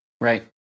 Right